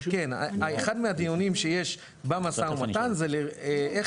אחד מהדיונים שיש במשא ומתן הוא איך